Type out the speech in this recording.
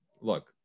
look